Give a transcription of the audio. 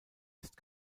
ist